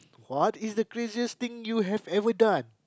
what is the craziest thing you have ever done